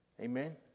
Amen